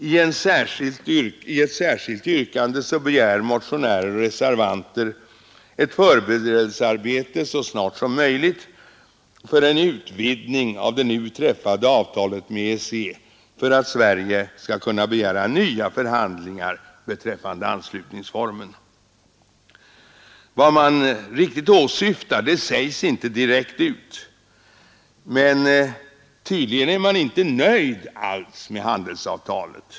I ett särskilt yttrande begär nämligen motionärer och reservanter ett förberedelsearbete så snart som möjligt för en utvidgning av det nu träffade avtalet med EEC för att Sverige skall kunna begära nya förhandlingar beträffande anslutningsformerna. Vad man riktigt åsyftar sägs inte direkt ut, men tydligen är man inte nöjd alls med frihandelsavtalet.